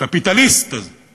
הקפיטליסט הזה,